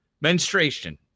Menstruation